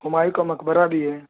ہمایوں کا مقبرہ بھی ہے